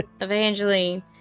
Evangeline